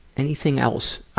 anything else